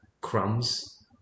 crumbs